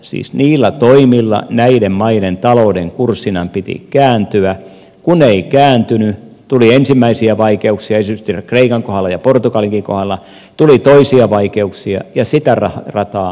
siis niillä toimillahan näiden maiden talouden kurssin piti kääntyä ja kun se ei kääntynyt tuli ensimmäisiä vaikeuksia erityisesti kreikan kohdalla ja portugalinkin kohdalla tuli toisia vaikeuksia ja sitä rataa